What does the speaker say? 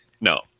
No